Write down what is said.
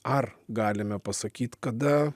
ar galime pasakyt kada